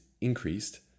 increased